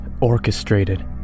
orchestrated